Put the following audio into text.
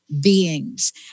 beings